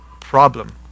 problem